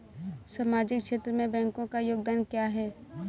सामाजिक क्षेत्र में बैंकों का योगदान क्या है?